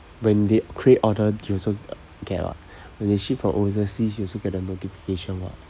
when they create order you also get [what] when they ship from overseas you also get the notification [what]